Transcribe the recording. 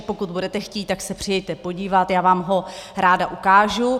Pokud budete chtít, tak se přijeďte podívat, já vám ho ráda ukážu.